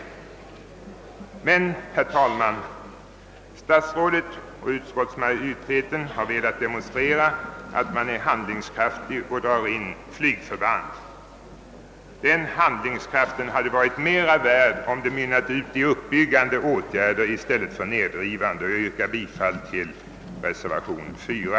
Men, herr talman, statsrådet och utskottsmajoriteten har velat demonstrera att de är handlingskraftiga och drar därför in flygförband. Den handlingskraften hade varit mera värd om den mynnat ut i uppbyggande åtgärder i stället för nedrivande. Jag yrkar bifall till reservation 4.